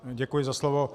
Děkuji za slovo.